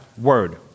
word